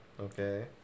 Okay